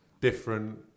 Different